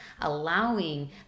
allowing